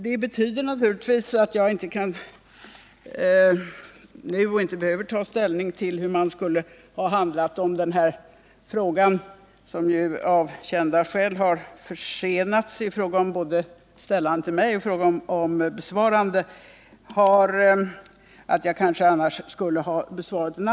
Det betyder naturligtvis att jag nu inte kan säga hur man skulle ha handlat om denna fråga kommit upp i ett tidigare skede.